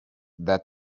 that